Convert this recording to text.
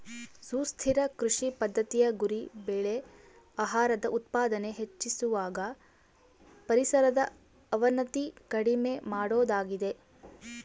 ಸುಸ್ಥಿರ ಕೃಷಿ ಪದ್ದತಿಯ ಗುರಿ ಬೆಳೆ ಆಹಾರದ ಉತ್ಪಾದನೆ ಹೆಚ್ಚಿಸುವಾಗ ಪರಿಸರದ ಅವನತಿ ಕಡಿಮೆ ಮಾಡೋದಾಗಿದೆ